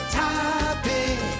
topic